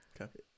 Okay